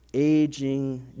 Aging